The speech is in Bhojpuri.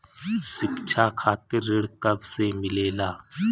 शिक्षा खातिर ऋण कब से मिलेला?